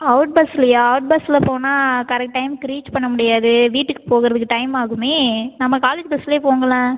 out பஸ்லயா out பஸ்ஸில் போனால் கரெக்ட் டைம்க்கு ரீச் பண்ண முடியாது வீட்டுக்கு போகறதுக்கு டைம் ஆகுமே நம்ம காலேஜ் பஸ்ல போங்களேன்